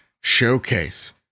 showcase